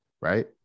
right